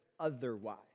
otherwise